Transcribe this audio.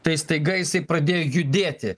tai staiga jisai pradėjo judėti